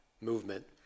movement